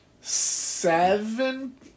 Seven